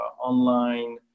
online